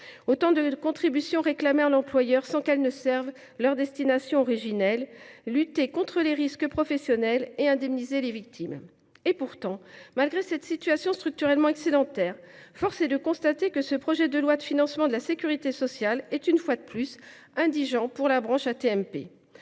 autant de contributions réclamées à l’employeur qui ne servent pas leur destination originelle : lutter contre les risques professionnels et indemniser les victimes. Et pourtant, malgré cette situation structurellement excédentaire, force est de constater que ce projet de loi de financement de la sécurité sociale est, une fois de plus, indigent pour ce qui